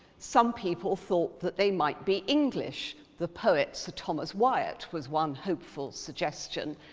some people thought that they might be english, the poet sir thomas wyatt was one hopeful suggestion.